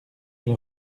elle